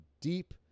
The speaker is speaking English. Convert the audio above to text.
deep